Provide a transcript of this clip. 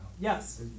Yes